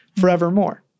forevermore